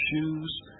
shoes